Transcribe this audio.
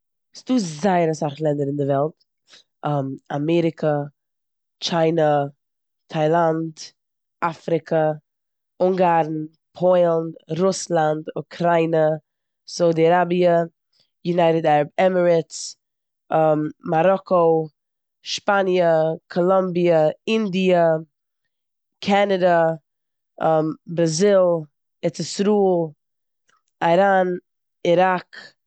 ס'דא זייער אסאך לענדער אין די וועלט. אמעריקעת טשיינע, טאילאנד, אפריקא, אונגארן, פוילן,, רוסלאנד, אוקראינע, סאודי אראביע, יונייטעד ערעב עמירעיטס, מאראקא שפאניע, קאלאמביע, אינדיע, קאנאדע, בראזיל, ארץ ישראל, איראן, איראק.